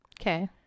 Okay